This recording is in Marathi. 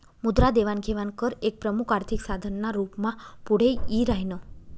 मुद्रा देवाण घेवाण कर एक प्रमुख आर्थिक साधन ना रूप मा पुढे यी राह्यनं